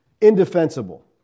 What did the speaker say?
indefensible